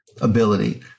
ability